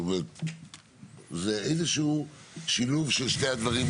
זאת אומרת זה איזה שהוא שילוב של שני הדברים,